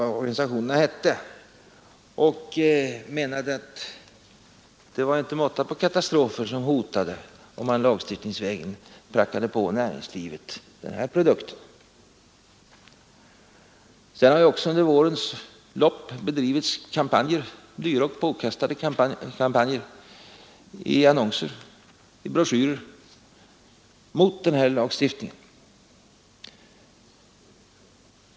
De anförde att det inte var måtta på katastrofer som hotade om man lagstiftningsvägen prackade på näringslivet den här produkten. Sedan har också under vårens lopp bedrivits dyra och påkostade kampanjer i annonser och broschyrer mot den här lagstiftningen.